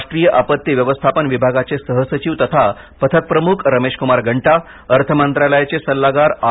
राष्ट्रीय आपत्ती व्यवस्थापन विभागाचे सहसचिव तथा पथक प्रमुख रमेशकुमार गंटा अर्थ मंत्रालयाचे सल्लागार आर